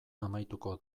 amaituko